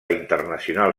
internacional